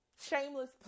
Shameless